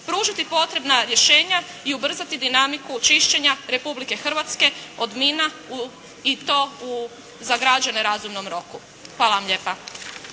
pružiti potrebna rješenja i ubrzati dinamiku čišćenja Republike Hrvatske od mina i to u za građane razumnom roku. Hvala vam lijepo.